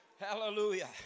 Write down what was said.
hallelujah